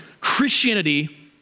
Christianity